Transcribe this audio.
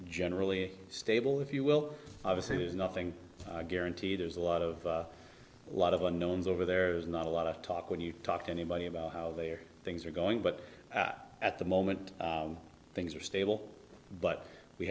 generally stable if you will obviously there's nothing guaranteed there's a lot of lot of unknowns over there's not a lot of talk when you talk to anybody about how their things are going but at the moment things are stable but we